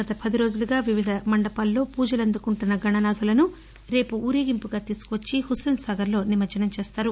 గత పదిరోజులుగా వివిధ మండపాల్లో పూజలు అందుకుంటున్న గణ నాథులను రేపు ఊరేగింపుగా తీసుకువచ్చి హుస్పేన్సాగర్లో నిమజ్జనం చేస్తారు